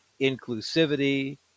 inclusivity